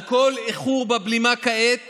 על כל איחור בבלימה כעת